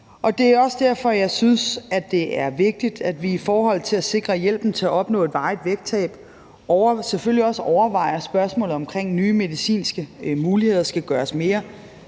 Det er også derfor, jeg synes, at det er vigtigt, at vi i forhold til at sikre hjælpen til at opnå et varigt vægttab, selvfølgelig også overvejer spørgsmålet om, om nye medicinske muligheder skal gøres mere